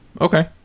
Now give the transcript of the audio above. Okay